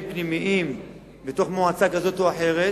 פנימיים בתוך מועצה כזאת או אחרת,